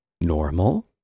Normal